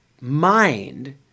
mind